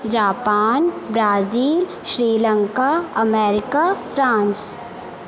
Japan Brazil Sri Lanka America France